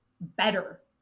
better